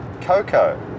Coco